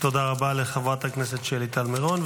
תודה רבה לחברת הכנסת שלי טל מירון.